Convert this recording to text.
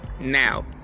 now